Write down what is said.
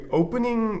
opening